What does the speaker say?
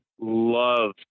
love